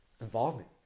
involvement